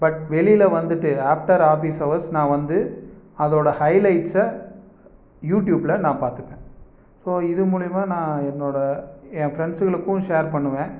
but வெளியில் வந்துட்டு after office hours நான் வந்து அதோடய ஹைலைட்சை யூடியூப்பில் நான் பார்த்துப்பேன் ஸோ இது மூலிமா நான் என்னோடய என் ஃப்ரெண்ட்ஸ்ங்களுக்கும் ஷேர் பண்ணுவேன்